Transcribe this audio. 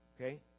Okay